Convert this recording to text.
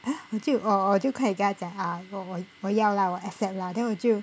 我就 oh oh 我就快点跟他讲啊我我要 lah 我 accept lah then 我就